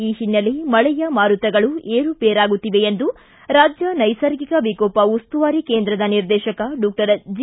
ಈ ಹಿನ್ನೆಲೆ ಮಳೆಯ ಮಾರುತಗಳು ಏರುಪೇರಾಗುತ್ತಿವೆ ಎಂದು ರಾಜ್ಯ ನೈಸರ್ಗಿಕ ವಿಕೋಪ ಉಸ್ತುವಾರಿ ಕೇಂದ್ರದ ನಿರ್ದೇಶಕ ಡಾಕ್ಟರ್ ಜಿ